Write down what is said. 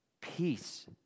peace